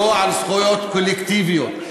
לא על זכויות קולקטיביות.